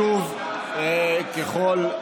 שוב, ככל,